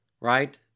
Right